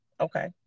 okay